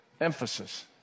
emphasis